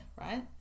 right